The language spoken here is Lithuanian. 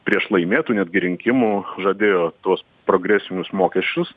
prieš laimėtų netgi rinkimų žadėjo tuos progresinius mokesčius